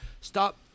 stop